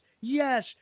yes